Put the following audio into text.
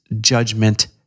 judgment